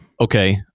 Okay